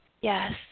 Yes